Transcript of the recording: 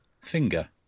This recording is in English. Finger